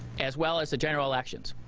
as well as the general elections.